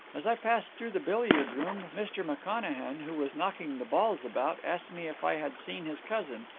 as i passed through the billiard-room, mr. mcconachan, who was knocking the balls about, asked me if i had seen his cousin,